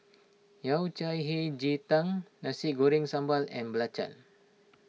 Yao Cai Hei Ji Tang Nasi Goreng Sambal and Belacan